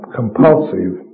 compulsive